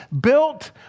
built